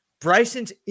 bryson's